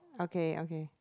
okay okay